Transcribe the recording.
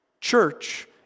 Church